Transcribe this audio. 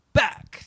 back